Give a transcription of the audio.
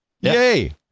Yay